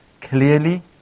clearly